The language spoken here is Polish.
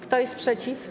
Kto jest przeciw?